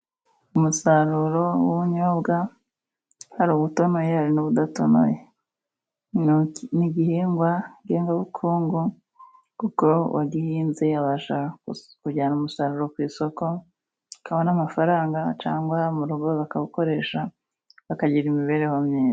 Umusaruro w'ubunyobwa, hari ubutonoye hari n'ubudatonoye. Ni igihingwa ngengabukungu, kuko uwagihinze abasha kujyana umusaruro ku isoko, akabona amafaranga cyangwa mu rugo bakabukoresha, bakagira imibereho myiza.